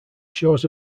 shores